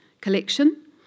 collection